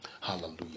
Hallelujah